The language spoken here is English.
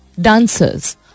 dancers